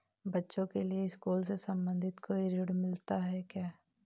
बच्चों के लिए स्कूल से संबंधित कोई ऋण मिलता है क्या?